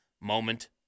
moment